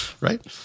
Right